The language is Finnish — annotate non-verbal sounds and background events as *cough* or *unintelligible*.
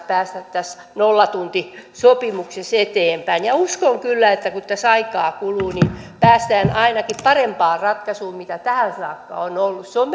*unintelligible* päästä tässä nollatuntisopimuksessa eteenpäin ja uskon kyllä että kun tässä aikaa kuluu niin päästään ainakin parempaan ratkaisuun kuin tähän saakka on ollut se on *unintelligible*